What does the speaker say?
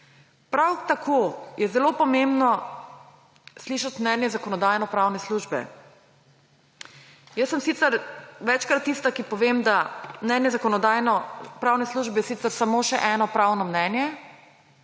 Prav tako je zelo pomembno slišati mnenje Zakonodajno-pravne službe. Jaz sem sicer večkrat tista, ki povem, da mnenje Zakonodajno-pravne službe je sicer samo še eno pravno mnenje,